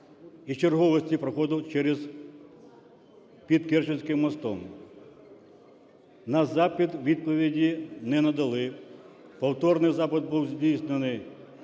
і черговості проходу під Керченським мостом. На запит відповіді не надали, повторний запит був здійснений